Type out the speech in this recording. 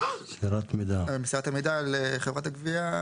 מסירת המידע לחברת הגבייה